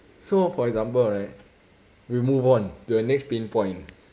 so for example right we move on to the next pain point